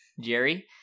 Jerry